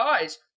guys